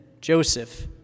Joseph